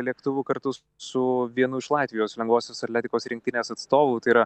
lėktuvu kartu su vienu iš latvijos lengvosios atletikos rinktinės atstovų tai yra